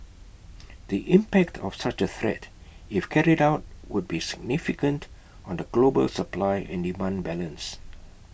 the impact of such A threat if carried out would be significant on the global supply and demand balance